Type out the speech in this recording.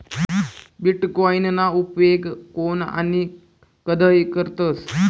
बीटकॉईनना उपेग कोन आणि कधय करतस